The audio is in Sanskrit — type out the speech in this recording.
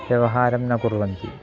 व्यवहारं न कुर्वन्ति